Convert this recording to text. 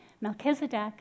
Melchizedek